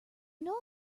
know